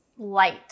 light